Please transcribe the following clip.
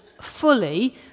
fully